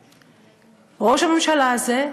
ראש הממשלה הזה,